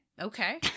Okay